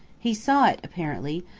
he saw it apparently,